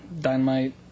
dynamite